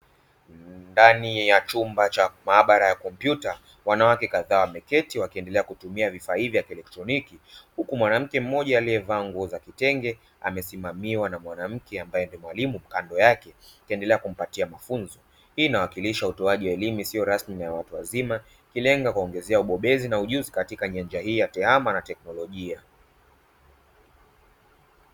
Ndani ya chumba cha maabara ya kompyuta, wanawake kadhaa wameketi wakiendelea kutumia vifaa hivi vya kielektroniki, huku mwanamke mmoja aliyevaa nguo za kitenge amesimamiwa na mwanamke mmoja ambaye ni mwalimu kando yake, akiendelea kumpatia mafunzo. Hii inawakilisha utoaji wa elimu isiyo rasmi na ya watu wazima, ikilenga kuongezea ubobezi na ujuzi katika nyanja hii ya tehama na teknolojia.